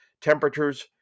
temperatures